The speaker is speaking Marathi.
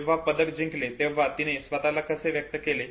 जेव्हा तिने पदक जिंकले तेव्हा तीने स्वताला कसे व्यक्त केले